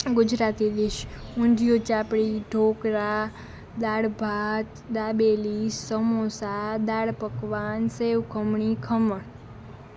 Gujarati dish undhiyu chapdi dhokla દાળ ભાત દાબેલી સમોસા દાળ પકવાન સેવ ખમણી ખમણ